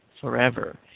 forever